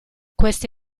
questa